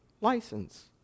license